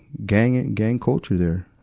gang, and gang culture there.